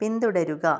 പിന്തുടരുക